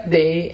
day